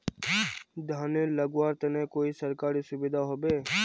धानेर लगवार तने कोई सरकारी सुविधा होबे?